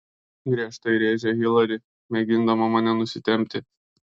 griežtai rėžia hilari mėgindama mane nusitempti